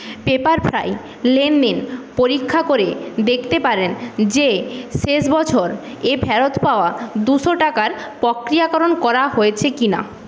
Pepperfry লেন দেন পরীক্ষা করে দেখতে পারেন যে শেষ বছরে ফেরত পাওয়া দুশো টাকার প্রক্রিয়াকরণ করা হয়েছে কিনা